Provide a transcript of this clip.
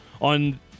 on